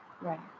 Right